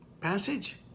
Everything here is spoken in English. passage